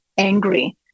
angry